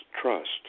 trust